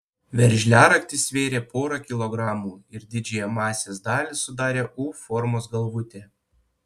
veržliaraktis svėrė porą kilogramų ir didžiąją masės dalį sudarė u formos galvutė